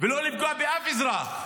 ולא לפגוע באף אזרח.